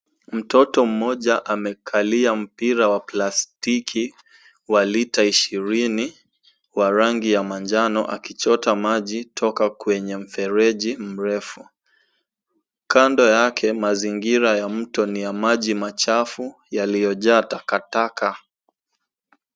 Mtoto mmoja amekalia mpira wa plastiki wa lita ishirini wa rangi ya manjano akichota maji toka kwenye mfereji mrefu. Kando yake mazingira ya mto ni ya maji machafu yaliyojaa takataka.